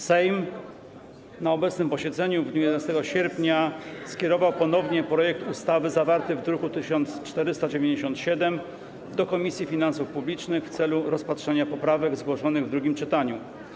Sejm na obecnym posiedzeniu w dniu 11 sierpnia skierował ponownie projekt ustawy zawarty w druku nr 1497 do Komisji Finansów Publicznych w celu rozpatrzenia poprawek zgłaszanych w drugim czytaniu.